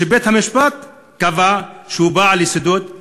ושבית-המשפט קבע שהוא בעל יסודות פאשיסטיים.